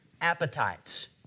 appetites